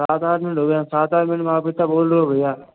सात आठ मिनट हो गये सात आठ मिनट में आप इतना बोल रहे ओ भैया